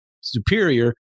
superior